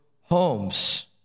homes